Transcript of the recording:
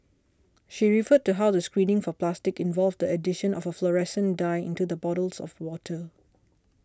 she referred to how the screening for plastic involved addition of a fluorescent dye into the bottles of water